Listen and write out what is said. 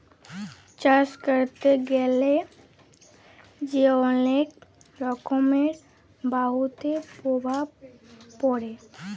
চাষ ক্যরতে গ্যালা যে অলেক রকমের বায়ুতে প্রভাব পরে